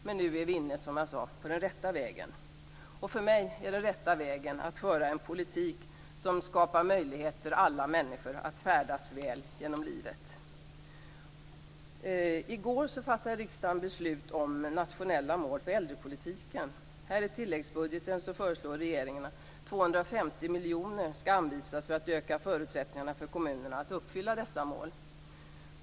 Men nu är vi inne på den rätta vägen, som jag sade. För mig är den rätta vägen att föra en politik som skapar möjligheter för alla människor att färdas väl genom livet. I går fattade riksdagen beslut om nationella mål för äldrepolitiken. I tilläggsbudgeten föreslår regeringen att 250 miljoner kronor skall anvisas för att öka förutsättningarna för kommunerna att uppfylla dessa mål.